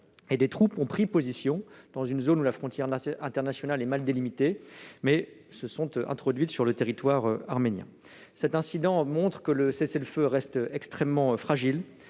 Des troupes ont pris position dans une zone où la frontière internationale est mal définie et se sont introduites sur le territoire arménien. Cet incident montre que le cessez-le-feu reste extrêmement fragile